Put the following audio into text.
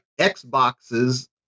Xboxes